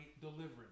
deliverance